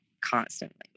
constantly